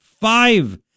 Five